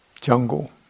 jungle